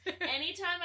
Anytime